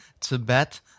Tibet